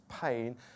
pain